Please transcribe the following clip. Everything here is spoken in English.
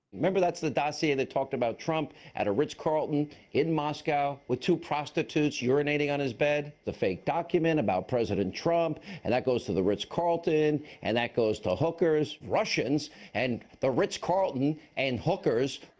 remember, that's the dossier that talked about trump at a ritz-carlton in moscow with two prostitutes urinating on his bed. the fake document about president trump, and that goes to the ritz-carlton, and that goes to hookers. russians and the ritz-carlton and hookers.